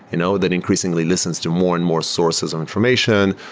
you know that increasingly listens to more and more sources of information,